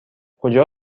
کجا